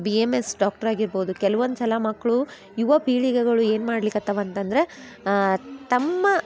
B M S doctor ಆಗಿರ್ಬೋದು ಕೆಲವೊಂದು ಸಲ ಮಕ್ಕಳು ಯುವ ಪೀಳಿಗೆಗಳು ಏನು ಮಾಡ್ಲಿಕತ್ತವ ಅಂತಂದ್ರೆ ತಮ್ಮ